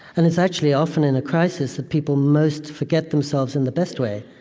and it's actually often in a crisis that people most forget themselves in the best way,